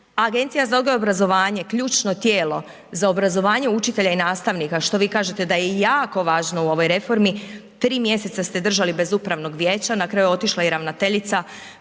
Agencija za odgoj i obrazovanje, ključno tijelo za obrazovanje učitelja i nastavnika, što vi kažete da je jako važno u ovoj reformi, 3 mjeseca ste držali bez upravnog vijeća, na kraju je otišla i ravnateljica,